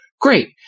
great